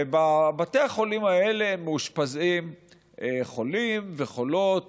ובבתי החולים האלה מאושפזים חולים וחולות